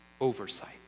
oversight